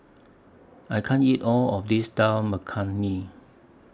I can't eat All of This Dal Makhani